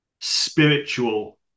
spiritual